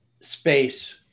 space